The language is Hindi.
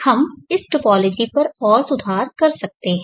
हम इस टोपोलॉजी पर और सुधार कर सकते हैं